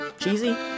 Cheesy